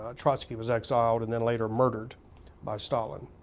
ah trotsky was exiled and then later murdered by stalin.